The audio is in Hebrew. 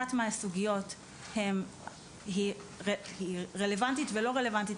אחת מהסוגיות היא רלוונטית ולא רלוונטית,